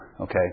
Okay